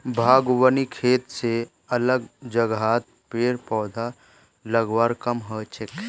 बागवानी खेत स अलग जगहत पेड़ पौधा लगव्वार काम हछेक